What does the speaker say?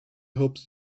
hopes